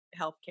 healthcare